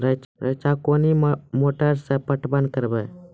रेचा कोनी मोटर सऽ पटवन करव?